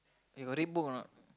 you got read book or not